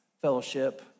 fellowship